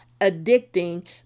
addicting